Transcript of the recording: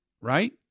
Right